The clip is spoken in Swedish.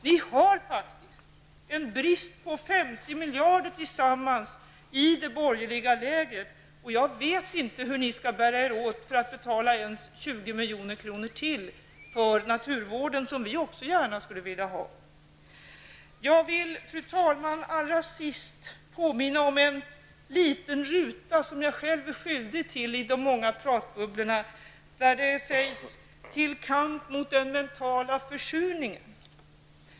Det borgerliga lägret har en sammanlagd brist på 50 miljarder kronor. Jag vet inte hur ni skall bära er åt för att betala ens 20 milj.kr. ytterligare för naturvården, något som också vi gärna skulle vilja göra. Fru talman! Låt mig till sist påminna om en liten ruta som jag själv är skyldig till bland de många pratbubblorna. I den rutan står: Till kamp mot den mentala försurningen.